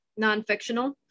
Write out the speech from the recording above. nonfictional